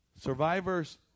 Survivors